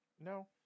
No